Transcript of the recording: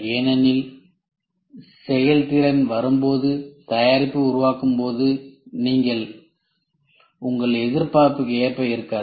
ஏனெனில் செயல்திறன் வரும்போது தயாரிப்பு உருவாகும்போது அது உங்கள் எதிர்பார்ப்புக்கு ஏற்ப இருக்காது